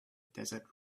desert